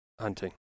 hunting